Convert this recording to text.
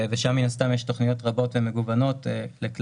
ושם מן הסתם יש תוכניות רבות ומגוונות לכלל האוכלוסיות.